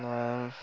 நான்